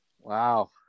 Wow